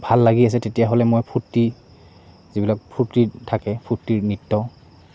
ভাল লাগি আছে তেতিয়াহ'লে মই ফূৰ্তি যিবিলাক ফূৰ্তি থাকে ফূৰ্তিৰ নৃত্য